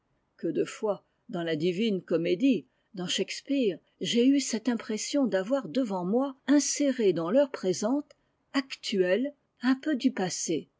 que de fois dans la divine comédie dans shakespeare j'ai eu cette impression d'avoir devant moi inséré dans l'heure présente actuel un peu du passé